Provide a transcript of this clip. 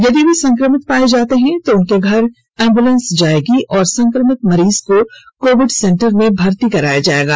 अगर वह संक्रमित पाए जाते हैं तो उनके घर एंबुलेंस जाएगी और संक्रमित मरीज को कोविड सेंटर में भर्ती कराया जायेगा